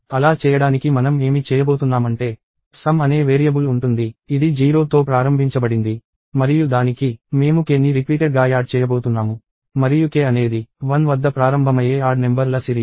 అలా చేయడానికి మనం ఏమి చేయబోతున్నాం అంటే సమ్ అనే వేరియబుల్ ఉంటుంది ఇది 0 తో ప్రారంభించబడింది మరియు దానికి మేము k ని రిపీటెడ్ గా యాడ్ చేయబోతున్నాము మరియు k అనేది 1 వద్ద ప్రారంభమయ్యే ఆడ్ నెంబర్ ల సిరీస్